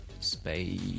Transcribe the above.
space